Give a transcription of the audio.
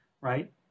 right